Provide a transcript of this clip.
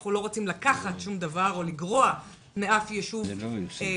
אנחנו לא רוצים לקחת שום דבר או לגרוע מאף יישוב משהו,